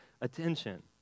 attention